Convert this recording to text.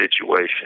situation